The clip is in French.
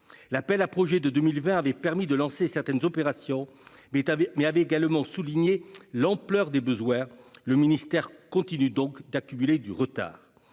L'appel à projets de 2020 avait permis de lancer certaines opérations, mais avait également exhibé l'ampleur des besoins. Le ministère continue donc d'accumuler du retard.